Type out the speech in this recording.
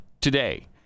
today